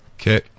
okay